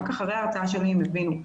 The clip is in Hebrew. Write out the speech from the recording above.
רק אחרי ההרצאה שלי הם הבינו.